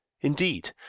Indeed